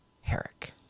Herrick